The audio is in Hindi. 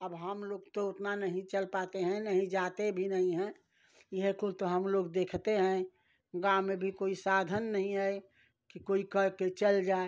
अब हमलोग तो उतना नहीं चल पाते हैं नहीं जाते भी नहीं हैं यही कुल तो हम लोग देखते हैं गाँव में भी कोई साधन नहीं है कि किसी को कहकर चले जाएँ